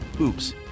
Oops